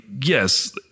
yes